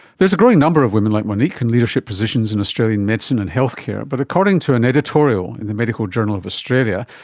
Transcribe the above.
there is a growing number of women like monique in leadership positions in australian medicine and healthcare, but according to an editorial in the medical journal of australia,